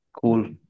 Cool